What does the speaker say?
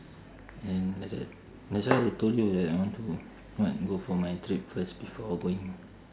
and that's why that's why I told you that I want to what go for my trip first before going